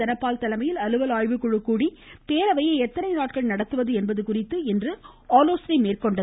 தனபால் தலைமையில் அலுவல் ஆய்வுக்குழு கூடி பேரவையை எத்தனை நாட்கள் நடத்துவது என்பது குறித்து இன்று ஆலோசனை மேற்கொண்டது